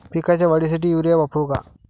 पिकाच्या वाढीसाठी युरिया वापरू का?